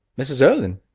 mrs. erlynne.